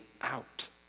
out